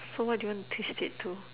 so what do you wanna twist it to